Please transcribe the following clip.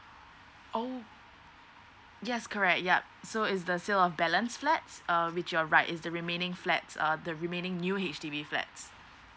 oh yes correct ya so is the sales of balance flats err which you're right is the remaining flats err the remaining new H_D_B flats